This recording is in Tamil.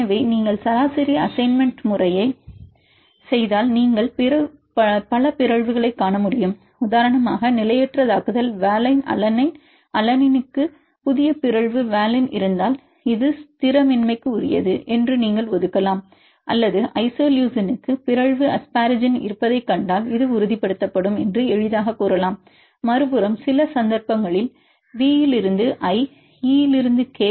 எனவே நீங்கள் சராசரி அசைன்மெண்ட் முறையைச் செய்தால் நீங்கள் பல பிறழ்வுகளைக் காண முடியும் உதாரணமாக நிலையற்றதாக்குதல் வாலனைன் அலனைன் அலனினுக்கு புதிய பிறழ்வு வாலின் இருந்தால் இது ஸ்திரமின்மைக்குரியது என்று நீங்கள் ஒதுக்கலாம் அல்லது ஐசோலூசினுக்கு பிறழ்வு அஸ்பாரகின் இருப்பதைக் கண்டால் இது உறுதிப்படுத்தப்படும் என்று எளிதாகக் கூறலாம் மறுபுறம் சில சந்தர்ப்பங்களில் V லிருந்து I E லிருந்து K